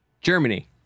Germany